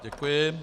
Děkuji.